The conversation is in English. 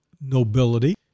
nobility